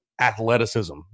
athleticism